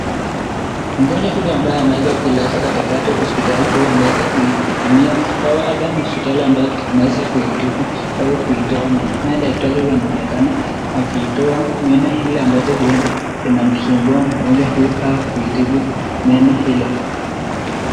Mgonjwa huyu ambaye ameweza kulazwa katikati hospitali huyu, ameweza kuitumia. Hapa ni hospitali ambayo anaweza kuitibu ama kuitoa meno, naye daktari huyu anaonekana akiitoa meno hili ambacho huenda lina msumbua mgonjwa huyu au kuitibu meno hilo.